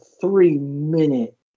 three-minute